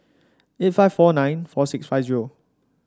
eight five four nine four six five zero